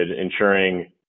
ensuring